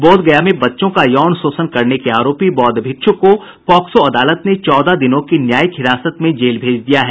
बोधगया में बच्चों का यौन शोषण करने के आरोपी बौद्ध भिक्षु को पॉक्सो अदालत ने चौदह दिनों की न्यायिक हिरासत में जेल भेज दिया है